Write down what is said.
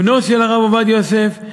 בנו של הרב עובדיה יוסף,